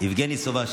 יבגני סובה,